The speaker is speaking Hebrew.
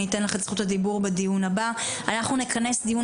אתן לך את זכות הדיבור בדיון הבא נכנס דיון